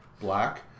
black